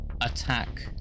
attack